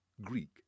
Greek